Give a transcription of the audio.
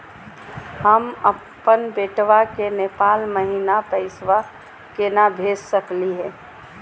हम अपन बेटवा के नेपाल महिना पैसवा केना भेज सकली हे?